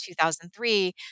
2003